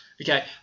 Okay